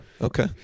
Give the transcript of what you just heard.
Okay